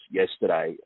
yesterday